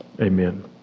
Amen